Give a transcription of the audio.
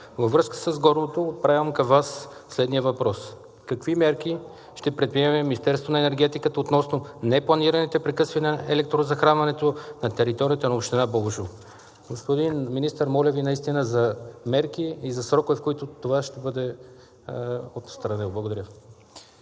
Във връзка с горното, отправям към Вас следния въпрос: какви мерки ще предприеме Министерството на енергетиката относно непланираните прекъсвания на електрозахранването на територията на община Бобошево? Господин Министър, моля Ви наистина за мерки и за срокове, в които това ще бъде отстранено. Благодаря.